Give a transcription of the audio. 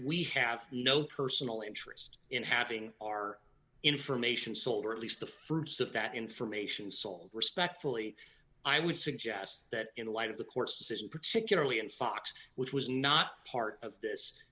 we have no personal interest in having our information sold or at least the fruits of that information sold respectfully i would suggest that in light of the court's decision particularly in fox which was not part of this